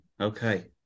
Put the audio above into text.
Okay